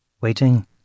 waiting